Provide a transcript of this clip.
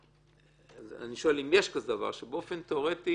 אני שואל אם יש דבר כזה שבאופן תיאורטי